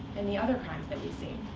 and the other crimes that we see.